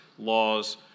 laws